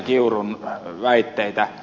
kiurun väitteitä